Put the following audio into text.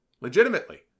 legitimately